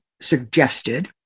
suggested